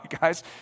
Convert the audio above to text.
guys